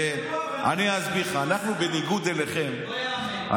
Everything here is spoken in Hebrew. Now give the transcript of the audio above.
אנחנו לא מבינים את האירוע ואנחנו שטופי שנאה.